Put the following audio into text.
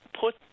Put